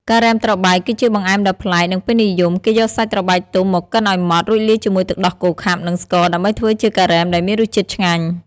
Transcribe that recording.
ការ៉េមត្របែក គឺជាបង្អែមដ៏ប្លែក និងពេញនិយម។ គេយកសាច់ត្របែកទុំមកកិនឲ្យម៉ដ្ឋ រួចលាយជាមួយទឹកដោះគោខាប់ និងស្ករ ដើម្បីធ្វើជាការ៉េមដែលមានរសជាតិឆ្ងាញ់។